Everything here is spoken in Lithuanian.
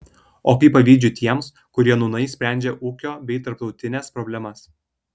o kaip pavydžiu tiems kurie nūnai sprendžia ūkio bei tarptautines problemas